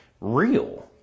real